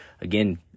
again